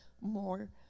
more